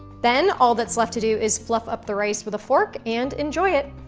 then, all that's left to do is fluff up the rice with a fork and enjoy it.